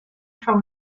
from